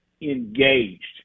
engaged